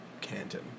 Canton